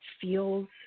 feels